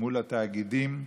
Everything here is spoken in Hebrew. מול התאגידים.